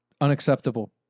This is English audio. unacceptable